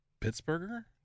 Pittsburgher